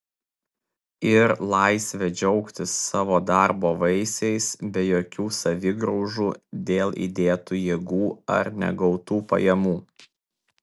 ir laisvę džiaugtis savo darbo vaisiais be jokių savigraužų dėl įdėtų jėgų ar negautų pajamų